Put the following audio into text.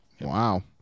Wow